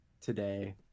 today